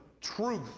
truth